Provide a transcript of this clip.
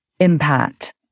impact